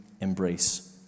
embrace